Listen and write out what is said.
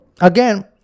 again